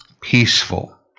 peaceful